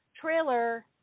trailer